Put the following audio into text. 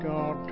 God